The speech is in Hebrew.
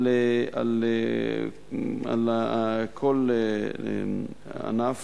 על כל ענף.